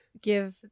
give